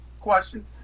Question